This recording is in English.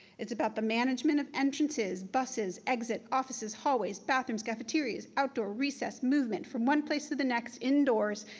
it's about the management of entrances, buses, exit, offices, hallways, bathrooms, cafeterias, outdoor, recess, movement from one place to the next indoors,